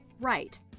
Right